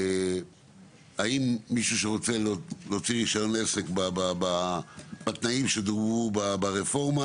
מישהו שרוצה להוציא רישיון עסק בתנאים שדוברו ברפורמה